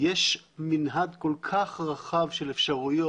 יש מנעד כל כך רחב של אפשרויות,